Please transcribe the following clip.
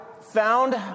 found